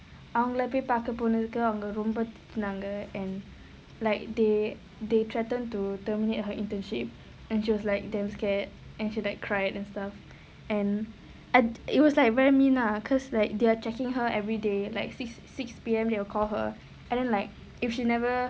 அவங்கள போய் பாக்க போனதுக்கு அவங்க ரொம்ப திட்டுனாங்க:avangala poi paakka ponathukku avanga romba thittu naanga and like they they threatened to terminate her internship and she was like damn scared and she like cried and stuff and it it was like very mean lah because like they are checking her every day like six six P_M they will call her and then like if she never